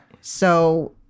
So-